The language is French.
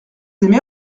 aimez